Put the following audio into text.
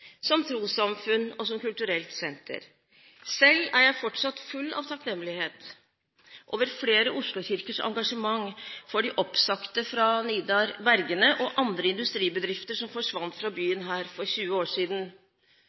som trossamfunn og som kulturelt senter. Selv er jeg fortsatt full av takknemlighet over flere Oslo-kirkers engasjement for de oppsagte fra Nidar-Bergene og andre industribedrifter som forsvant fra byen her for 20 år siden.